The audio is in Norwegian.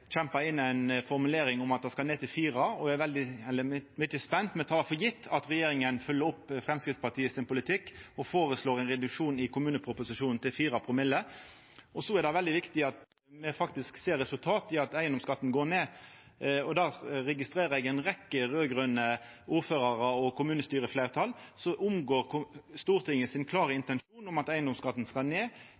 kjempa inn ei formulering om at han skal ned til 4 promille. Me tek for gjeve at regjeringa følgjer opp politikken til Framstegspartiet og føreslår ein reduksjon til 4 promille i kommuneproposisjonen. Så er det veldig viktig at me faktisk ser resultat, at eigedomsskatten går ned. Der registrerer eg ei rekkje raud-grøne ordførarar og kommunestyrefleirtal som unngår den klare intensjonen frå Stortinget om at eigedomsskatten skal ned,